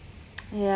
yeah